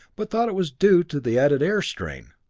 but thought it was due to the added air strain.